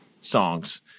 songs